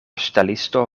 ŝtelisto